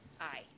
Aye